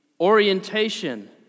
orientation